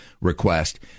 request